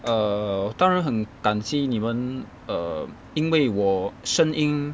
err 当然很感激你们 um 因为我声音